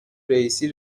رییسی